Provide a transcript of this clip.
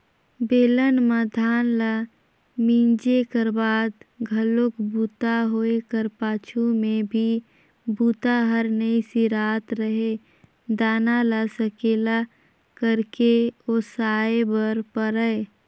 बेलन म धान ल मिंजे कर बाद घलोक बूता होए कर पाछू में भी बूता हर नइ सिरात रहें दाना ल सकेला करके ओसाय बर परय